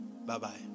Bye-bye